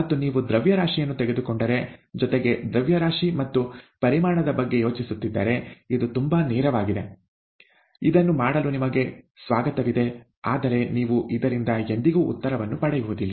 ಮತ್ತು ನೀವು ದ್ರವ್ಯರಾಶಿಯನ್ನು ತೆಗೆದುಕೊಂಡರೆ ಜೊತೆಗೆ ದ್ರವ್ಯರಾಶಿ ಮತ್ತು ಪರಿಮಾಣದ ಬಗ್ಗೆ ಯೋಚಿಸುತ್ತಿದ್ದರೆ ಇದು ತುಂಬಾ ನೇರವಾಗಿದೆ ಇದನ್ನು ಮಾಡಲು ನಿಮಗೆ ಸ್ವಾಗತವಿದೆ ಆದರೆ ನೀವು ಇದರಿಂದ ಎಂದಿಗೂ ಉತ್ತರವನ್ನು ಪಡೆಯುವುದಿಲ್ಲ